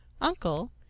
uncle